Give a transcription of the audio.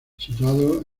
situado